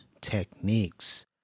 techniques